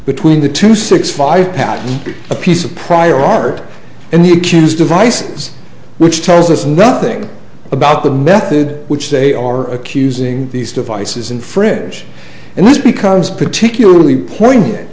between the two six five patent a piece of prior art and the chance devices which tells us nothing about the method which they are accusing these devices in fridge and this becomes particularly poignant